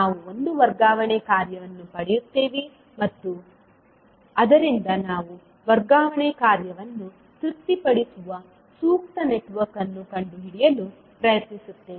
ನಾವು ಒಂದು ವರ್ಗಾವಣೆ ಕಾರ್ಯವನ್ನು ಪಡೆಯುತ್ತೇವೆ ಮತ್ತು ಅದರಿಂದ ನಾವು ವರ್ಗಾವಣೆ ಕಾರ್ಯವನ್ನು ತೃಪ್ತಿಪಡಿಸುವ ಸೂಕ್ತ ನೆಟ್ವರ್ಕ್ ಅನ್ನು ಕಂಡುಹಿಡಿಯಲು ಪ್ರಯತ್ನಿಸುತ್ತೇವೆ